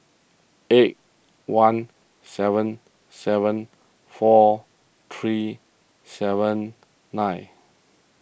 eight one seven seven four three seven nine